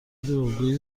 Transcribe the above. دروغگویی